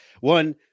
One